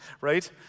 right